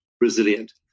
resilient